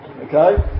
Okay